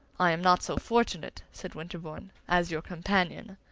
i am not so fortunate, said winterbourne, as your companion.